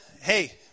hey